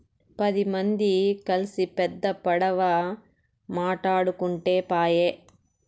పది మంది కల్సి పెద్ద పడవ మాటాడుకుంటే పాయె